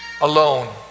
alone